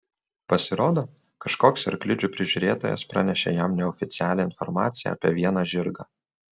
pasirodo kažkoks arklidžių prižiūrėtojas pranešė jam neoficialią informaciją apie vieną žirgą